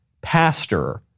pastor